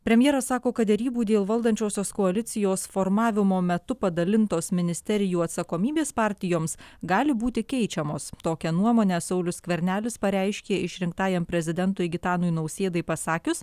premjeras sako kad derybų dėl valdančiosios koalicijos formavimo metu padalintos ministerijų atsakomybės partijoms gali būti keičiamos tokią nuomonę saulius skvernelis pareiškė išrinktajam prezidentui gitanui nausėdai pasakius